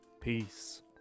Peace